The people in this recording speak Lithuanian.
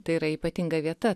tai yra ypatinga vieta